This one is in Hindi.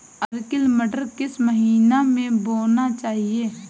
अर्किल मटर किस महीना में बोना चाहिए?